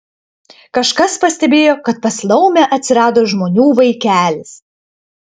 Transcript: kažkas pastebėjo kad pas laumę atsirado žmonių vaikelis